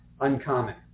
uncommon